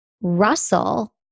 Russell